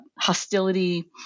hostility